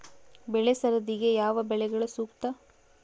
ಬೆಳೆ ಸರದಿಗೆ ಯಾವ ಬೆಳೆಗಳು ಸೂಕ್ತ?